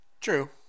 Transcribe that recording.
true